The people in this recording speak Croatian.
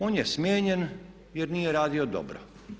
On je smijenjen jer nije radio dobro.